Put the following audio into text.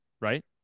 right